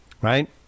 Right